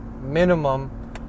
minimum